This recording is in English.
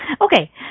Okay